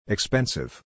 Expensive